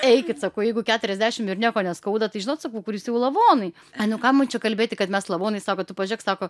eikit sakau jeigu keturiasdešim ir nieko neskauda tai žinot sakau jūs jau lavonai ai nu ką man čia kalbėti kad mes lavonai sako tu pažiūrėk sako